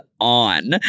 on